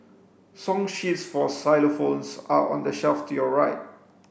song sheets for xylophones are on the shelf to your right